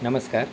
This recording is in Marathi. नमस्कार